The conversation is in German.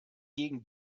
gegen